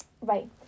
Right